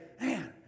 man